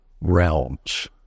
realms